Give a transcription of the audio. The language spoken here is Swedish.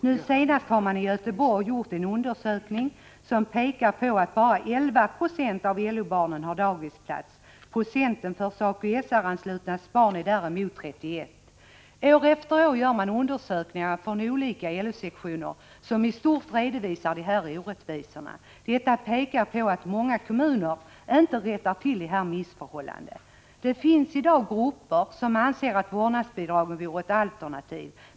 Nu senast har man i Göteborg gjort en undersökning som pekar på att bara 11 96 av LO-barnen har daghemsplats. Procenttalet för SACO/SR-anslutnas barn är däremot 31. År efter år gör man beträffande olika LO-sektioner undersökningar som i stort visar på de här orättvisorna. Detta pekar på att många kommuner inte rättar till de här missförhållandena. Det finns i dag grupper som anser att vårdnadsbidrag vore ett alternativ.